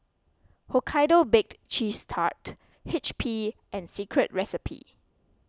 Hokkaido Baked Cheese Tart H P and Secret Recipe